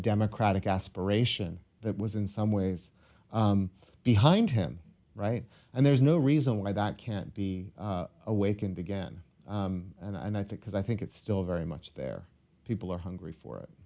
democratic aspiration that was in some ways behind him right and there's no reason why that can't be awakened again and i think because i think it's still very much there people are hungry for it